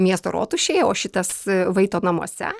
miesto rotušėj o šitas vaito namuose